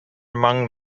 among